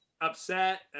upset